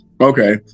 Okay